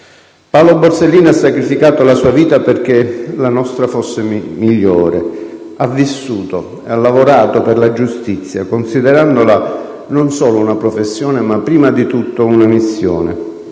Paolo Borsellino ha sacrificato la sua vita perché la nostra fosse migliore. Ha vissuto e ha lavorato per la giustizia, considerandola non solo una professione, ma, prima di tutto, una missione.